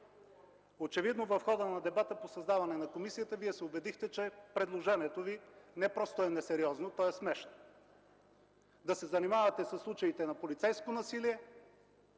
Очевидно в хода на дебата по създаване на комисията Вие се убедихте, че предложението Ви не просто е несериозно, то е смешно – да се занимавате със случаите на полицейско насилие,